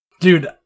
Dude